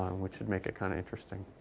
which should make it kind of interesting.